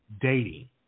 dating